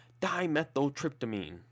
Dimethyltryptamine